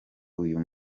uyu